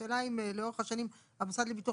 השאלה אם לאורך השנים המוסד לביטוח